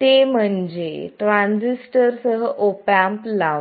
ते म्हणजे ट्रान्झिस्टरसह ऑप एम्प लावणे